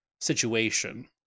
situation